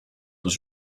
was